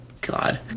God